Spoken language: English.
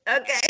Okay